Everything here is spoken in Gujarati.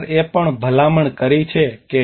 એ પણ ભલામણ કરી છે કે ડી